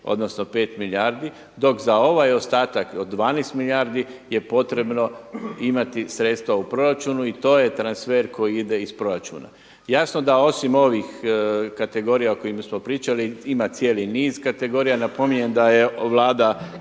odnosno 5 milijardi dok za ovaj ostatak od 12 milijardi je potrebno imati sredstva u proračunu i to je transfer koji ide iz proračuna. Jasno da osim ovih kategorija o kojima smo pričali ima cijeli niz kategorija, napominjem da je Vlada